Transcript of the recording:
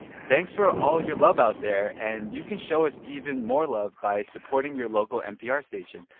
thanks for all your love out there. and you can show us even more love by supporting your local npr station,